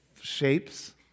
shapes